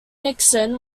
nixon